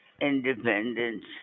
independence